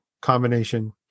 combination